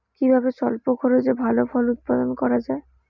কিভাবে স্বল্প খরচে ভালো ফল উৎপাদন করা যায়?